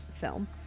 film